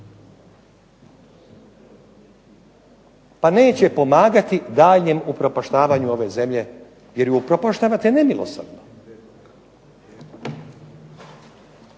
pa neće pomagati daljnjem upropaštavanju ove zemlje jer je upropaštavate nemilosrdno.